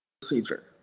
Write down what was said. procedure